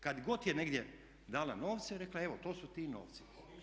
Kad god je negdje dala novce rekla je evo to su ti novci.